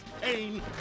pain